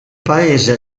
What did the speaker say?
paese